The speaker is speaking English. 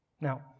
Now